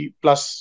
plus